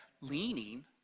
leaning